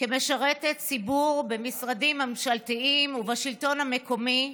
כמשרתת ציבור במשרדים הממשלתיים ובשלטון המקומי,